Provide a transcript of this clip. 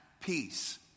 peace